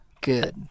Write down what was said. good